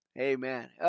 amen